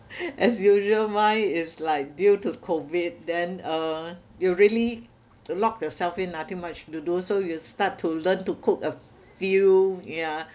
as usual mine is like due to COVID then uh you really lock yourself in nothing much to do so you start to learn to cook a few yeah